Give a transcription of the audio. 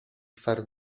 far